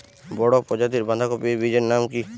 বড় প্রজাতীর বাঁধাকপির বীজের নাম কি?